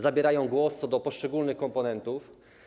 Zabierają głos co do poszczególnych komponentów.